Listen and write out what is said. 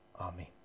Amen